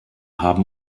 haben